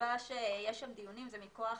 הסיבה שיש שם דיונים, זה מכוח